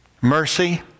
mercy